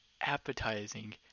appetizing